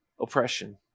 oppression